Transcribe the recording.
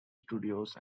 studios